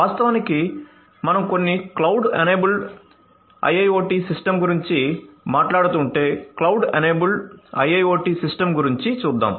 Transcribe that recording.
వాస్తవానికి ఏమి జరుగుతుందో ఆలోచిద్దాం మనం కొన్ని క్లౌడ్ ఎనేబుల్డ్ IIoT సిస్టమ్ గురించి మాట్లాడుతుంటే క్లౌడ్ ఎనేబుల్డ్ IIoT సిస్టమ్ గురించి చూద్దాం